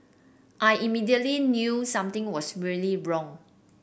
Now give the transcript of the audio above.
I immediately knew something was really wrong